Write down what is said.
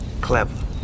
Clever